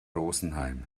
rosenheim